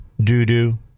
doo-doo